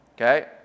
Okay